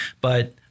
But-